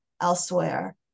elsewhere